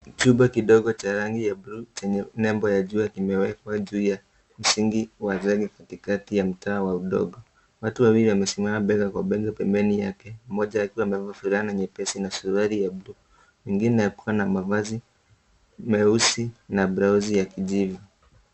Chumba kidogo cha rangi ya bluu chenye nembo ya jua kimewekwa juu ya msingi wa katika ya mtaa wa udongo, watu wawili wamesimama mbele pembeni yake mmoja akiwa amevaa fulana nyepesi na suruali ya bluu, mwingine akiwa na mavazi meusi na blauzi ya kijivu.